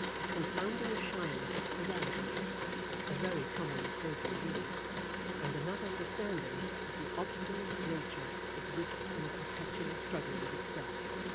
the confounding of shyness with arrogance a very common mistake indeed and the not understanding that an obstinate nature exists in a perpetual struggle with itself.